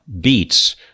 beats